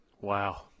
Wow